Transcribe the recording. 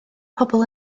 pobl